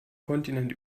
kontinent